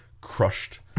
crushed